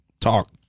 Talk